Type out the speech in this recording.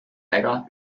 väga